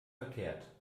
verkehrt